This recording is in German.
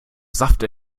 saft